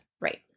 Right